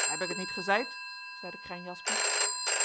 heb ik het niet gezeid zeide krijn jaspersz